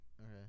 Okay